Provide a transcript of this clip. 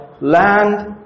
land